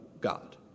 God